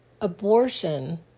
abortion